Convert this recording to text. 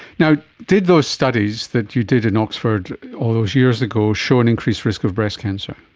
you know did those studies that you did in oxford all those years ago show an increased risk of breast cancer?